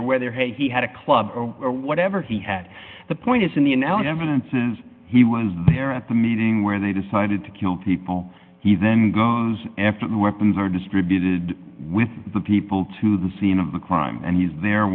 or whether he had a club or whatever he had the point is in the analogy evidence is he was there at the meeting where they decided to kill people he then after the weapons are distributed with the people to the scene of the climb and he's there